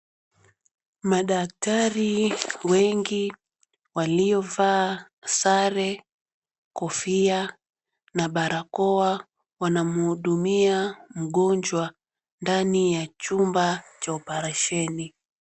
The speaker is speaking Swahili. Madaktari wengi waliovaa sare, kofia na barakoa wanamhudumia mgonjwa ndani ya chumba cha operation .